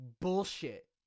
bullshit